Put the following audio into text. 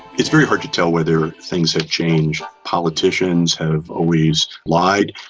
it's very hard to tell whether things have changed. politicians have always lied,